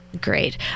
Great